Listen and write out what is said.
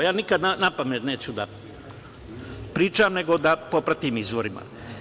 Nikada napamet neću da pričam, nego da propratim izvorima.